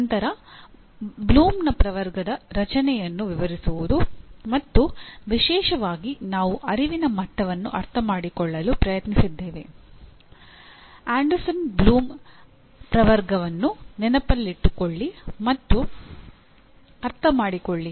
ನಂತರ ಬ್ಲೂಮ್ಸ್ ಟ್ಯಾಕ್ಸಾನಮಿಯ ನೆನಪಿಟ್ಟುಕೊಳ್ಳಿ ಮತ್ತು ಅರ್ಥಮಾಡಿಕೊಳ್ಳಿ